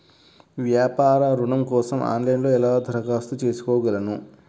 వ్యాపార ఋణం కోసం ఆన్లైన్లో ఎలా దరఖాస్తు చేసుకోగలను?